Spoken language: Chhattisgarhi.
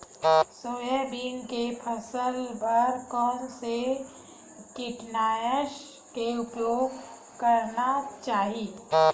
सोयाबीन के फसल बर कोन से कीटनाशक के उपयोग करना चाहि?